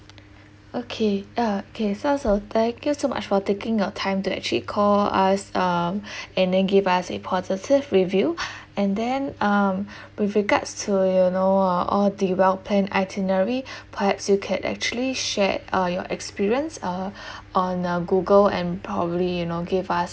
okay ah okay so so thank you so much for taking out time to actually call us um and then give us a positive review and then um with regards to you know uh all the well planned itinerary perhaps you can actually share uh your experience uh on uh google and probably you know give us